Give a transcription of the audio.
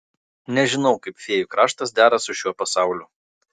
nežinau kaip fėjų kraštas dera su šiuo pasauliu